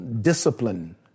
discipline